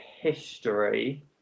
history